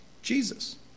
Jesus